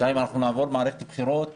דבר שני, אנחנו נעבור מערכת בחירות